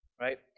right